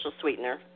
sweetener